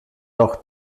noch